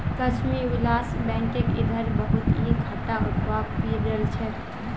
लक्ष्मी विलास बैंकक इधरे बहुत ही घाटा उठवा पो रील छे